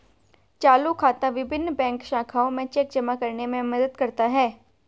चालू खाता विभिन्न बैंक शाखाओं में चेक जमा करने में मदद करता है